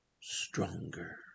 stronger